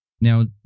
Now